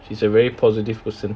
she's a very positive person